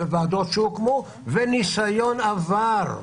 וועדות שהוקמו וניסיון עבר,